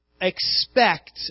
expect